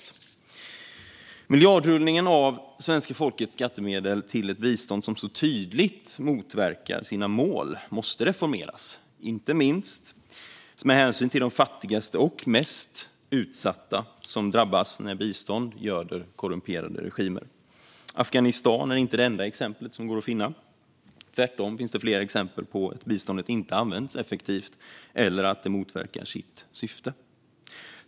Miljardrullningen av svenska folkets skattemedel till ett bistånd som så tydligt motverkar sina mål måste reformeras, inte minst med hänsyn till de fattigaste och mest utsatta, som drabbas när bistånd göder korrumperade regimer. Afghanistan är inte det enda exemplet som går att finna; tvärtom finns fler exempel på att biståndet inte används effektivt eller att det motverkar sitt syfte.